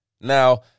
Now